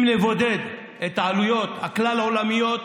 אם נבודד את העלויות הכלל-עולמיות,